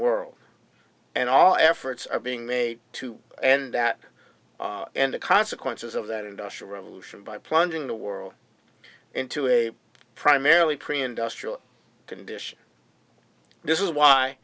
world and all efforts are being made to end that and the consequences of that industrial revolution by plunging the world into a primarily pre industrial condition this is why